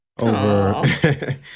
Over